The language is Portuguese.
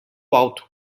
alto